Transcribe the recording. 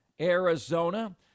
Arizona